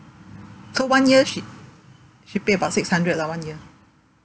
so one year she she pay about six hundred lah one year